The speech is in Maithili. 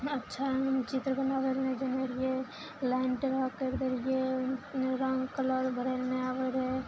अच्छा चित्र बनाबय लए नहि जानय रहियइ लाइन टेढ़ा करि दै रहियइ रङ्ग कलर भरय लए नहि आबय रहय